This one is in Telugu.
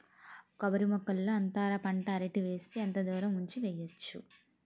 కొబ్బరి మొక్కల్లో అంతర పంట అరటి వేస్తే ఎంత దూరం ఉంచి వెయ్యొచ్చు?